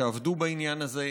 שעבדו בעניין הזה,